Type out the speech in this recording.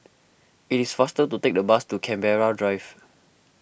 it is faster to take the bus to Canberra Drive